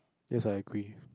yes I agree